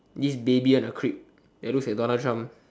this baby on a crib that looks like Donald Trump